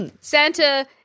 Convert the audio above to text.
Santa